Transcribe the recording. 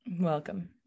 welcome